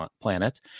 planet